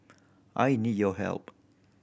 I need your help